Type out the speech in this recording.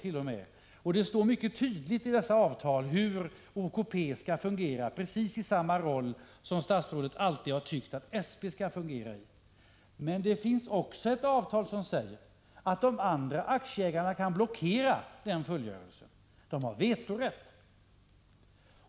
I dessa avtal står mycket tydligt hur OKP skall fungera, i precis samma roll som statsrådet alltid har tyckt att SP skall ha. Men det finns också ett avtal som säger att de andra aktieägarna kan blockera fullföljandet. De har vetorätt.